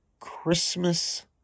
Christmas